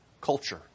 culture